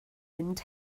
mynd